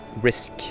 risk